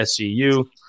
SCU